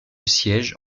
sièges